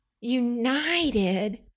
united